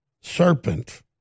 serpent